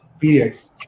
periods